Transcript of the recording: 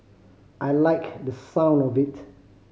I liked the sound of it